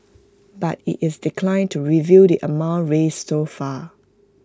but IT is declined to reveal the amount raised so far